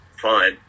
fine